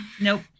Nope